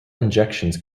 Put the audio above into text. injections